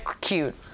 cute